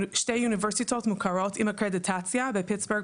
משתי אוניברסיטאות מוכרות בפיטסבורג,